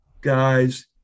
guys